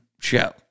show